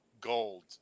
gold